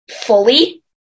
fully